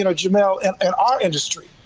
in you know and and our industry,